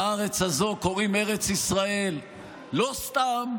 לארץ הזו קוראים ארץ ישראל לא סתם,